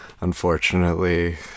unfortunately